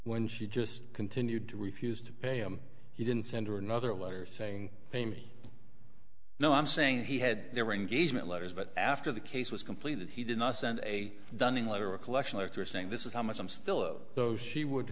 when she just continued to refuse to pay him he didn't send her another letter saying pay me no i'm saying he had there were engagement letters but after the case was completed he did not send a dunning letter or collection after saying this is how much i'm still of those she would